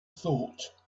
thought